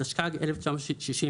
התשכ"ג-1963,